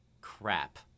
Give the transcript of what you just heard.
crap